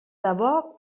debò